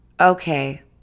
okay